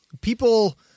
people